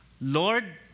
Lord